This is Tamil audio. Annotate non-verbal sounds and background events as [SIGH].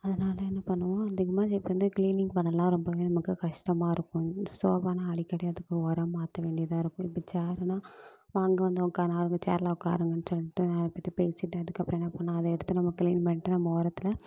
அதனால் என்ன பண்ணுவோம் இந்த [UNINTELLIGIBLE] இப்போ வந்து க்ளீனிங் பண்ணலாம் ரொம்பவே நமக்கு கஷ்டமாக இருக்கும் ஷோபானா அடிக்கடி அதுக்கு உற மாற்ற வேண்டியதாக இருக்கும் இப்போ ச்சேர்னா வாங்க வந்து உட்காரு அந்த ச்சேரில் உட்காருங்கன்னு சொல்லிட்டு நாலு பேருகிட்ட பேசிகிட்டு அதுக்கப்புறம் என்ன பண்ணணும் அதை எடுத்து நம்ம க்ளீன் பண்ணிட்டு நம்ம ஓரத்தில்